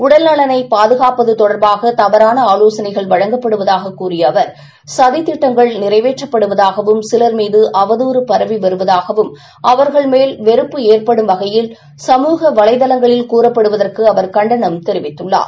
உடல்நலனைபாதுகாப்பதுதொடர்பாகதவறானஆலோசனைகள் வழங்கப்படுவதாககூறியஅவர்சதிதிட்டங்கள்நிறைவேற்றபடுவதாக வும்சிலர்மீதுஅவதூறுபரவிவருவதாகவும்அவர்கள்மேல்வெறுப்புஏற் படும்வகையில்சமூகவலைத்தளங்களில்கூறப்படுவதற்குஅவர்கண்ட னம்தெரிவித்தார்